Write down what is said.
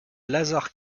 lazare